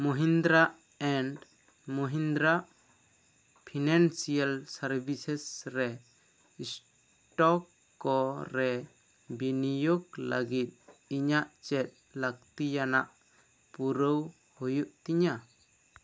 Mahindra and Mahindra financial services ᱨᱮ stock ᱠᱚ ᱨᱮ ᱵᱤᱱᱤᱭᱚᱜᱽ ᱞᱟ ᱜᱤᱫ ᱤᱧᱟᱹᱜ ᱪᱮᱫ ᱞᱟᱹᱠᱛᱤᱭᱟᱱᱟᱜ ᱯᱩᱨᱟ ᱣ ᱦᱩᱭᱩᱜ ᱛᱤᱧᱟᱹ